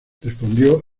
respondió